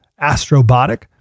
Astrobotic